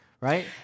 Right